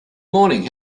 morning